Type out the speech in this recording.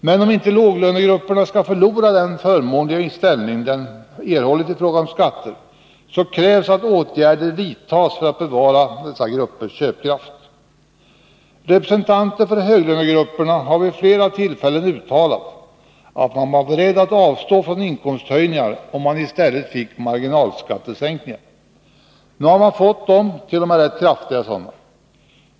Men om inte låglönegrupperna skall förlora den förmånligare ställning de erhållit i fråga om skatter så krävs att åtgärder vidtas för att bevara dessa gruppers köpkraft. Representanter för höglönegrupperna har vid flera tillfällen uttalat att man var beredd avstå från inkomsthöjningar, om man i stället fick marginalskattesänkningar. Nu får man dem och t.o.m. rätt kraftiga sådana.